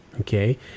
Okay